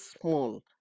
small